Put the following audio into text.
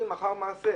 מדברים היום לאחר מעשה.